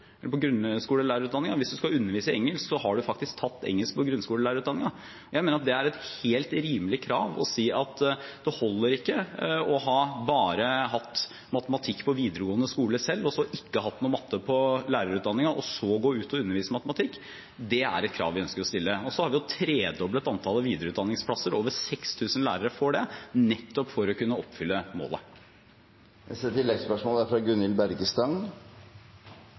hvis man skal undervise i engelsk, har man faktisk tatt engelsk i grunnskolelærerutdanningen. Jeg mener det er et helt rimelig krav å stille at det holder ikke bare å ha hatt matematikk på videregående skole, og ikke hatt matematikk i lærerutdanningen, og så gå ut og undervise i matematikk. Det er et krav vi ønsker å stille. Og vi har tredoblet antallet videreutdanningsplasser – over 6 000 lærere får det – nettopp for å kunne oppfylle målet.